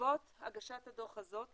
בעקבות הגשת הדוח הזאת